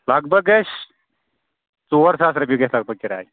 لگ بگ گژھِ ژور ساس رۄپیہِ گژھِ لگ بگ کِراے